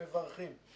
מברכים.